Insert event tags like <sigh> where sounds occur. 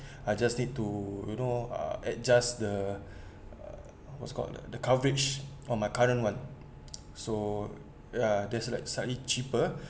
I just need to you know uh adjust the <breath> uh what's called the the coverage on my current one <noise> so ya there's like slightly cheaper